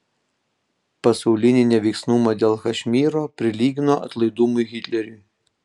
pasaulinį neveiksnumą dėl kašmyro prilygino atlaidumui hitleriui